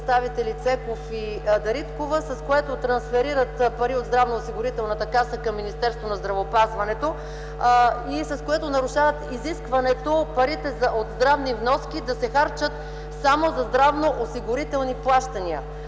представители Цеков и Дариткова, с което трасферират пари от Здравноосигурителната каса към Министерството на здравеопазването, с което нарушават изискването парите от здравни вноски да се харчат само за здравноосигурителни плащания.